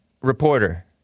Reporter